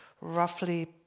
roughly